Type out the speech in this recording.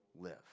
live